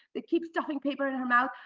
they keep stuffing paper in her mouth.